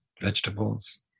vegetables